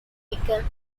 became